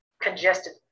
congested